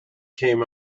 came